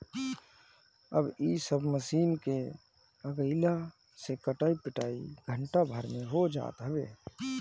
अब इ सब मशीन के आगइला से कटाई पिटाई घंटा भर में हो जात हवे